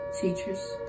teachers